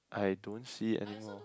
I don't see anymore